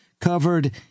covered